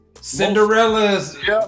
Cinderellas